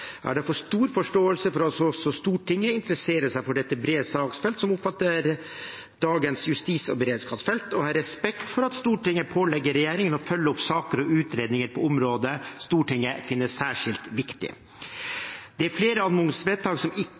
Jeg har derfor stor forståelse for at Stortinget interesserer seg for det brede saksfeltet som omfatter dagens justis- og beredskapsfelt, og jeg har respekt for at Stortinget pålegger regjeringen å følge opp saker og utredninger på områder Stortinget finner særskilt viktig. Det er flere anmodningsvedtak som ikke